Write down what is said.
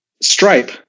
stripe